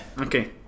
okay